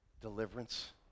Deliverance